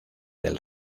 del